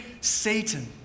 Satan